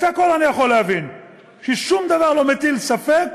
את הכול אני יכול להבין, כי שום דבר לא מטיל ספק